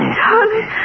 darling